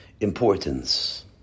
importance